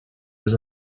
was